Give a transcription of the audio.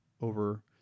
over